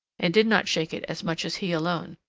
and did not shake it as much as he alone.